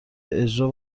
اجرا